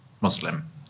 Muslim